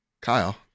Kyle